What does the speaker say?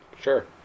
Sure